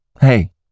hey